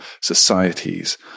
societies